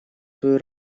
свою